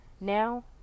Now